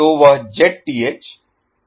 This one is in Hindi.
तो वह Zth प्लस ZL है